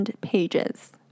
pages